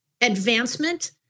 advancement